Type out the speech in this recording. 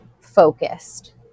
focused